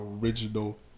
original